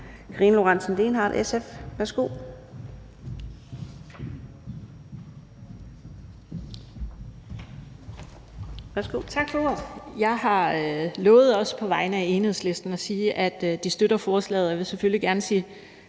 Karina Lorentzen Dehnhardt, SF. Værsgo.